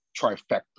trifecta